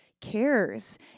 cares